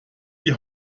die